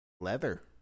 leather